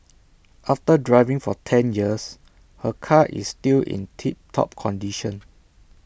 after driving for ten years her car is still in tip top condition